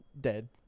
Dead